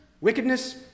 wickedness